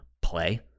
play